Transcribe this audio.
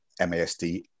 masd